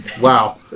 Wow